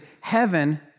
heaven